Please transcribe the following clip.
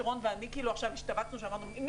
וכשאני ורון שמענו את המילה הזו השתבצנו,